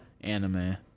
anime